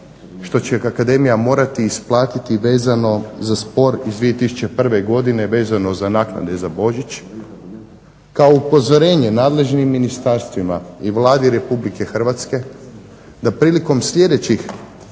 što će ga Akademija morati isplatiti vezano za spor iz 2001. godine vezano za naknade za Božić kao upozorenje nadležnim ministarstvima i Vladi Republike Hrvatske da prilikom sljedećih